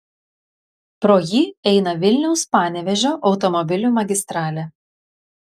pro jį eina vilniaus panevėžio automobilių magistralė